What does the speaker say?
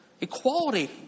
Equality